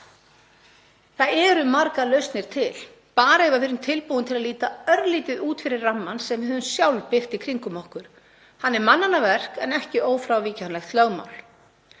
Það eru margar lausnir til, bara ef við erum tilbúin til að líta örlítið út fyrir rammann sem við höfum sjálf byggt í kringum okkur. Hann er mannanna verk en ekki ófrávíkjanlegt lögmál.